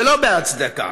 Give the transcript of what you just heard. שלא בצדק,